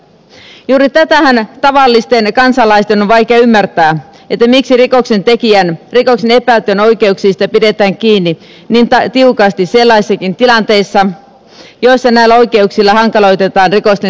juuri sitähän tavallisten kansalaisten on vaikea ymmärtää miksi rikoksentekijän rikoksesta epäiltyjen oikeuksista pidetään kiinni niin tiukasti sellaisissakin tilanteissa joissa näillä oikeuksilla hankaloitetaan rikosten selvittelyä